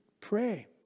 pray